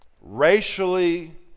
racially